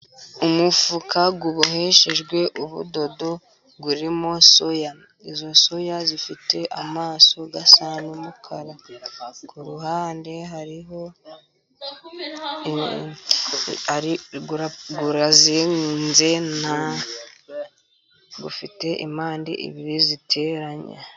Umufuka uboheshejwe ubudodo burimo soya, izo soya zifite amaso y'umukara kuruhande hariho uwuzinze ufite impande ibiri ziteranye.